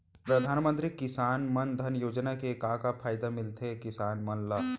परधानमंतरी किसान मन धन योजना के का का फायदा मिलथे किसान मन ला?